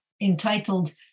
entitled